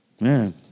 man